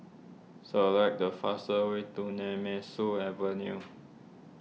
select the fastest way to Nemesu Avenue